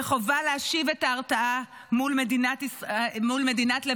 וחובה להשיב את ההרתעה מול מדינת לבנון